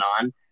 on